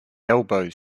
elbows